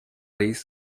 llegar